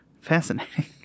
Fascinating